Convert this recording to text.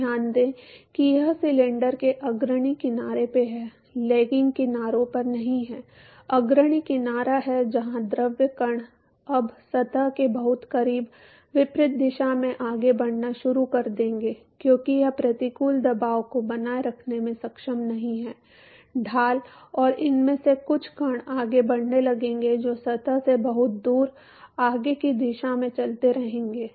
तो ध्यान दें कि यह सिलेंडर के अग्रणी किनारे पर है लैगिंग किनारों पर नहीं है अग्रणी किनारा है जहां द्रव कण अब सतह के बहुत करीब विपरीत दिशा में आगे बढ़ना शुरू कर देंगे क्योंकि यह प्रतिकूल दबाव को बनाए रखने में सक्षम नहीं है ढाल और इनमें से कुछ कण आगे बढ़ने लगेंगे जो सतह से बहुत दूर आगे की दिशा में चलते रहेंगे